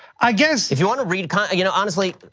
i guess if you wanna read, kind of you know honestly,